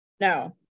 No